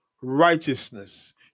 righteousness